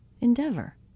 endeavor